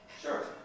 Sure